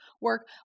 work